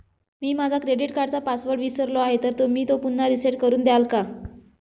मी माझा क्रेडिट कार्डचा पासवर्ड विसरलो आहे तर तुम्ही तो पुन्हा रीसेट करून द्याल का?